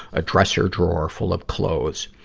a dresser drawer full of clothes.